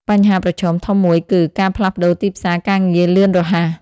បញ្ហាប្រឈមធំមួយគឺ ការផ្លាស់ប្តូរទីផ្សារការងារលឿនរហ័ស។